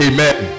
Amen